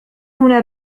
هنا